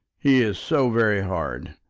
he is so very hard.